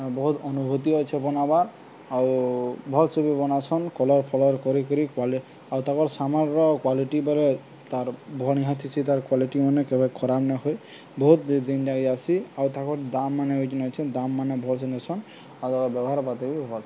ବହୁତ ଅନୁଭୂତି ଅଛେ ବନାବାର୍ ଆଉ ଭଲ୍ସେ ବି ବନାସନ୍ କଲର୍ ଫଲର୍ କରି କରି କ୍ୱାଲି ଆଉ ତାଙ୍କର ସାମାନର କ୍ୱାଲିଟି ବି ତାର ବନ୍ହିଆ ଥିସି ତାର୍ କ୍ଵାଲିଟି ମାନେ କେବେ ଖରାପ ନାଇଁ ହୁଏ ବହୁତ ଦିନ ଯାଇସି ଆଉ ତାଙ୍କର ଦାମ ମାନେ ଠିକ୍ ଅଛନ୍ ଦାମ ମାନେ ଭଲ୍ସେ ନେସନ୍ ଆଉ ତା' ବ୍ୟବହାର ପତ୍ର ବି ଭଲ୍